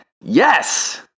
Yes